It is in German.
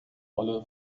rolle